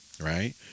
right